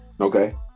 Okay